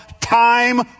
time